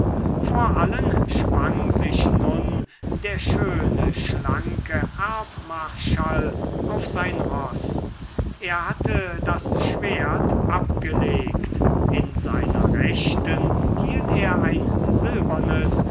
vor allen schwang sich nun der schöne schlanke erbmarschall auf sein roß er hatte das schwert abgelegt in seiner rechten hielt er ein silbernes